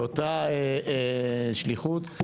באותה שליחות.